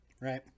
Right